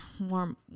warm